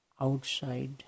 outside